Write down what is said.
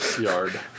Yard